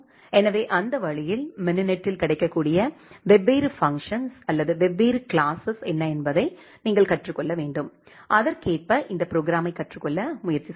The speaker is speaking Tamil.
எனவே அந்த வழியில் மினினெட்டில் கிடைக்கக்கூடிய வெவ்வேறு பஃங்க்ஷன்ஸ் அல்லது வெவ்வேறு கிளாசஸ் என்ன என்பதை நீங்கள் கற்றுக் கொள்ள வேண்டும் அதற்கேற்ப இந்த ப்ரோக்ராம்மை கற்றுக்கொள்ள முயற்சி செய்யுங்கள்